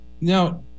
now